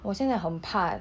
我现在很怕